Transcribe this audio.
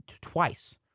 twice